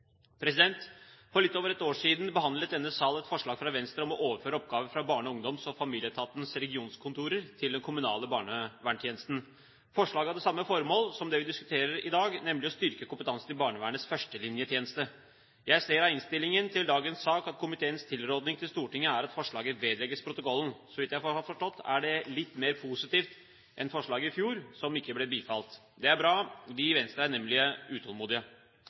For litt over et år siden behandlet denne sal et forslag fra Venstre om å overføre oppgaver fra Barne-, ungdoms- og familieetatens regionskontorer til den kommunale barnevernstjenesten. Forslaget hadde samme formål som det vi diskuterer i dag, nemlig å styrke kompetansen i barnevernets førstelinjetjeneste. Jeg ser av innstillingen til dagens sak at komiteens tilråding til Stortinget er at forslaget vedlegges protokollen. Så vidt jeg har forstått, er det litt mer positivt enn det som skjedde med forslaget i fjor, som ikke ble bifalt. Det er bra. Vi i Venstre er nemlig utålmodige.